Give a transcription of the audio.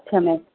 আচ্ছা ম্যাম